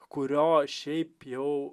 kurio šiaip jau